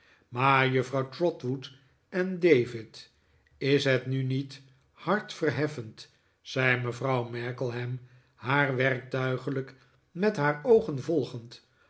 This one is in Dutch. maar juffrouw trotwood en david is het nu niet hartverheffend zei mevrouw markleham haar werktuiglijk met haar oogen volgend